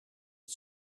het